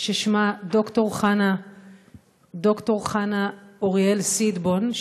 ששמה ד"ר חנה מוריאל סיטבון,